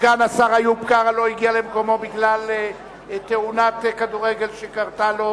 סגן השר איוב קרא לא הגיע למקומו בגלל תאונת כדורגל שקרתה לו,